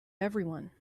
everyone